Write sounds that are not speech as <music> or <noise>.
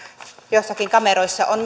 ruudun toisella puolella on <unintelligible>